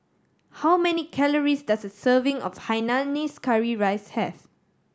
how many calories does a serving of hainanese curry rice have